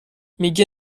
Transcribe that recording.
میگه